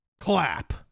clap